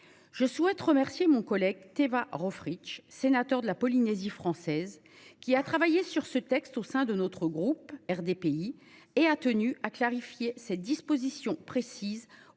Je souhaite remercier mon collègue Teva Rohfritsch, sénateur de la Polynésie française, qui a travaillé sur ce texte au sein de notre groupe RDPI. Il a tenu à clarifier cette disposition précise